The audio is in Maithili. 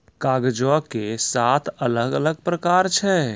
कागजो के सात अलग अलग प्रकार छै